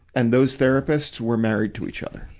and those therapists were married to each other.